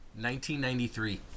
1993